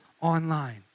online